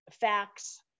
facts